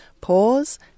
pause